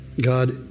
God